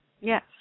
Yes